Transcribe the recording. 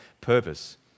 purpose